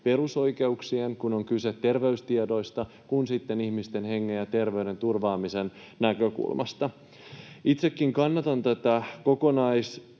perusoikeuksien, kun on kyse terveystiedoista, kuin ihmisten hengen ja terveyden turvaamisen näkökulmasta. Itsekin kannatan tätä kokonaisuudistusta,